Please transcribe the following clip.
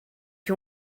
you